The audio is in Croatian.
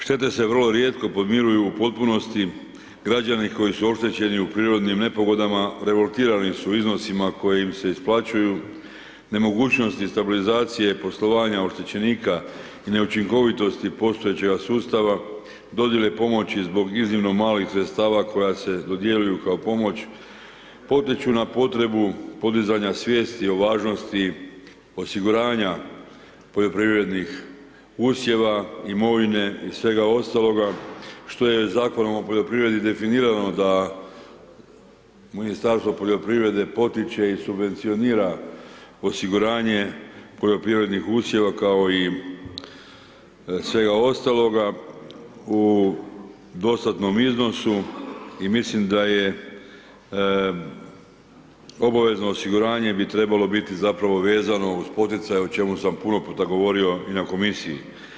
Štete se vrlo rijetko podmiruju u potpunosti, građani koji su oštećeni u prirodnim nepogodama revoltirani su u iznosima kojim se isplaćuju, nemogućnosti i stabilizacije poslovanja oštećenika, neučinkovitosti postojećeg sustava dodijele pomoći zbog iznimno malih sredstava koje se dodjeljuju kao pomoć, potiču na potrebu podizanje svijesti o važnosti osiguranja poljoprivrednih usjeva, imovine i svega ostaloga što je Zakonom o poljoprivredi definirano da Ministarstvo poljoprivrede, potiče i subvencionira osiguranje poljoprivrednih usjeva kao i svega ostaloga u dostatnom iznosu i mislim da je obavezno osiguranje bi trebalo biti zapravo vezano uz poticaj, o čemu sam puno puta govorio i na komisiji.